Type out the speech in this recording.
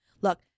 Look